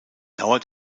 dauer